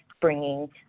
bringing